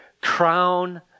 Crown